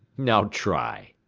now try.